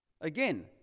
Again